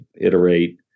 iterate